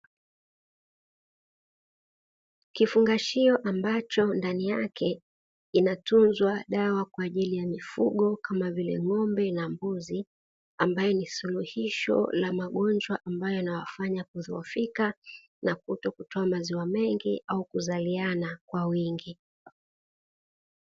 Kifungashio ambacho ndani yake inatunzwa dawa kwa ajili ya mifugo kama vile ng’ombe na mbuzi, ambayo ni suluhisho la magonjwa ambayo yanawafanya kudhohofika na kutokutoa maziwa mengi na kuzaliana kwa wingi.